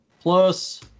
Plus